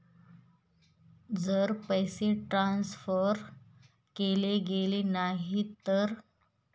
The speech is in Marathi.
जर पैसे ट्रान्सफर केले गेले नाही तर?